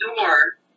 door